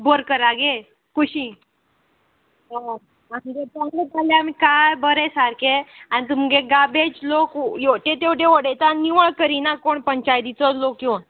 बोरकरागे कुशी हय आमगे जाल्यार आमी काय बरे सारके आनी तुमगे गार्बेज लोक हेवटेन तेवटेन उडयता निवळ करिना कोण पंचायतीचो लोक येवन